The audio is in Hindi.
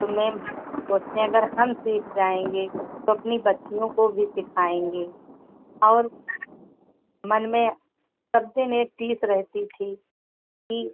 तो मैम हम सोचते हैं अगर हम सीख जाएँगे तो अपनी बच्चियों को भी सिखाऍंगे और मन में सब दिन एक टीस रहती थी कि